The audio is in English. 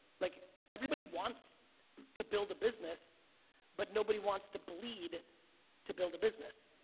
like everybody wants to build a business but nobody wants to bleed to build a business.